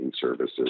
services